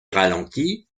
ralenti